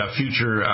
future